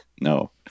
no